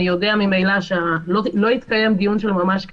אני יודע ממילא שלא יתקיים דיון של ממש כי